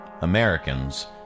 Americans